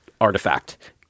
artifact